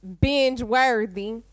binge-worthy